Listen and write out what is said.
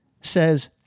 says